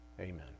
Amen